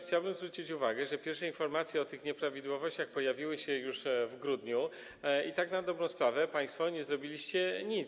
Chciałbym zwrócić uwagę, że pierwsze informacje o tych nieprawidłowościach pojawiły się już w grudniu i tak na dobrą sprawę państwo nie zrobiliście nic.